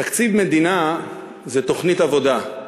תקציב מדינה זה תוכנית עבודה.